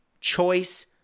choice